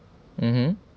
mmhmm